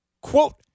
Quote